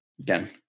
Again